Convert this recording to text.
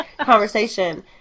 conversation